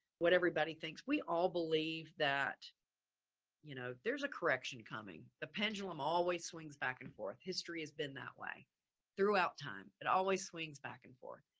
what everybody thinks, we all believe that you know there's a correction coming. the pendulum always swings back and forth. history has been that way throughout time. it always swings back and forth.